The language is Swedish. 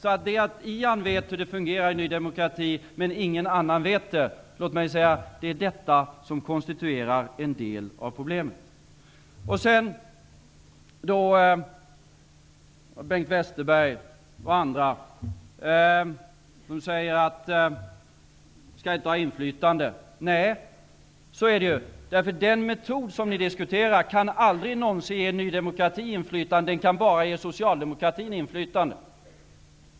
Det är alltså det förhållandet att enbart Ian Wachtmeister vet hur det fungerar i Ny demokrati, ingen annan, som konstituerar en del av problemet. Jag vill sedan instämma med Bengt Westerberg och andra som säger att Ny demokrati inte skall ha något inflytande. Den metod som ni diskuterar kan aldrig någonsin ge Ny demokrati, utan bara socialdemokratin inflytande.